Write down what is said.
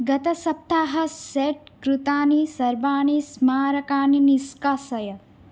गतसप्ताहे स्सेट् कृतानि सर्वाणि स्मारकानि निष्कासय